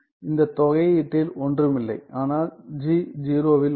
இந்தத் தொகையீட்டில் ஒன்றுமில்லை ஆனால் g 0 வில் உள்ளது